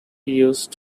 used